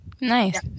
nice